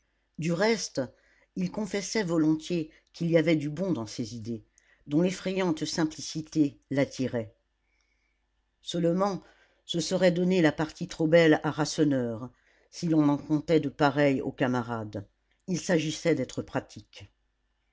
du reste il confessait volontiers qu'il y avait du bon dans ces idées dont l'effrayante simplicité l'attirait seulement ce serait donner la partie trop belle à rasseneur si l'on en contait de pareilles aux camarades il s'agissait d'être pratique